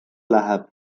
läheb